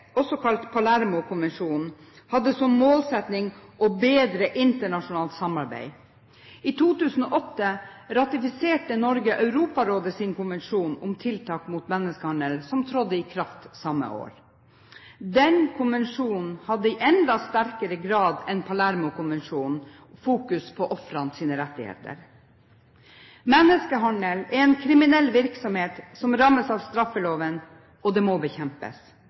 hadde som målsetting å bedre internasjonalt samarbeid. I 2008 ratifiserte Norge Europarådets konvensjon om tiltak mot menneskehandel, som trådte i kraft samme år. Denne konvensjonen hadde i enda sterkere grad enn Palermo-konvensjonen fokus på ofrenes rettigheter. Menneskehandel er en kriminell virksomhet som rammes av straffeloven, og den må bekjempes.